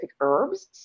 herbs